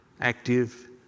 active